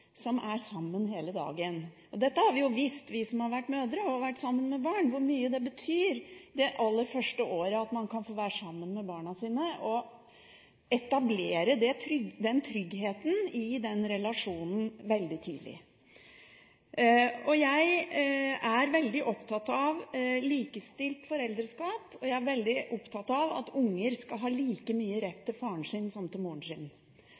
som er sammen hele dagen. Vi har jo visst, vi som er mødre og har vært sammen med barn, hvor mye det betyr at man det aller første året kan få være sammen med barna sine og etablere tryggheten i den relasjonen veldig tidlig. Jeg er veldig opptatt av likestilt foreldreskap. Jeg er veldig opptatt av at unger skal ha like mye rett til faren sin som til moren sin